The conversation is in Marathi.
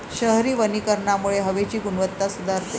शहरी वनीकरणामुळे हवेची गुणवत्ता सुधारते